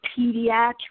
pediatrics